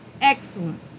excellent